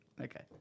Okay